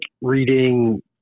reading